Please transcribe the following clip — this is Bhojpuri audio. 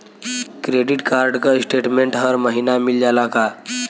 क्रेडिट कार्ड क स्टेटमेन्ट हर महिना मिल जाला का?